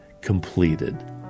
completed